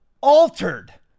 altered